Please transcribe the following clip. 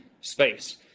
space